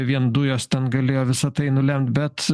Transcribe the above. vien dujos ten galėjo visa tai nulemt bet